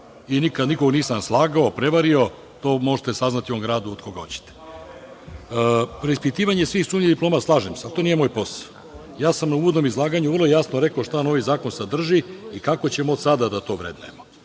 i nikad nikog nisam slagao, prevario. To možete saznati u ovom gradu od koga hoćete. Preispitivanje svih sumnjivih diploma, slažem se, ali to nije moj posao. U uvodnom izlaganju sam vrlo jasno rekao šta novi zakon sadrži i kako ćemo od sada to da vrednujemo.